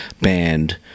band